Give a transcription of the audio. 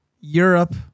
Europe